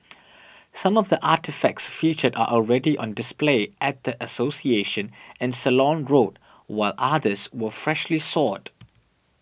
some of the artefacts featured are already on display at a association in Ceylon Road while others were freshly sought